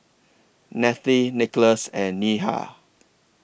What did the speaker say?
Nathalie Nicolas and Neha